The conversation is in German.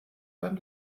beim